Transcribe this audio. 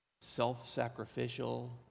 self-sacrificial